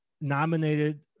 Nominated